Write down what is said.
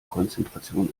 konzentration